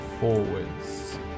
forwards